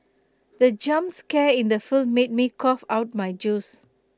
the jump scare in the film made me cough out my juice